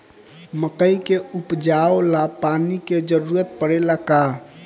मकई के उपजाव ला पानी के जरूरत परेला का?